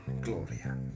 Gloria